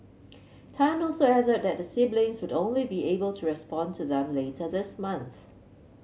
Tan also added that the siblings would only be able to respond to them later this month